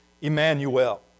Emmanuel